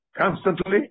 Constantly